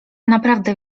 naprawdę